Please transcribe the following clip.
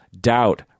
Doubt